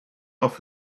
off